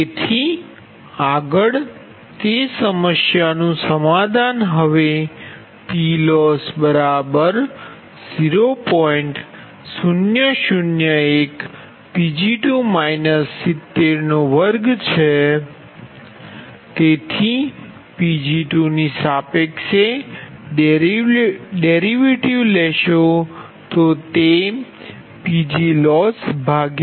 તેથી Pg2ની સાપેક્ષે ડેરિવેટિવ લેશો તો તે PLossPg20